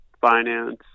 finance